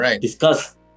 discuss